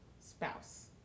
spouse